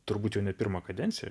turbūt jau ne pirmą kadenciją